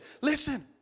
listen